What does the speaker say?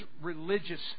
religious